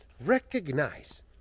Recognize